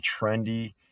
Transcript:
trendy